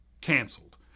canceled